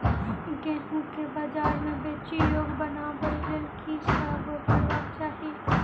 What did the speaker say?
गेंहूँ केँ बजार मे बेचै योग्य बनाबय लेल की सब करबाक चाहि?